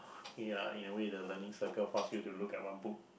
ya in a way the learning circle force you to look at one book